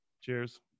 Cheers